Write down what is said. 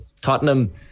Tottenham